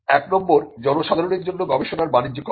1 জনসাধারণের জন্য গবেষণার বাণিজ্যকরণ